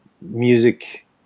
music